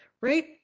right